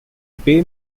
bay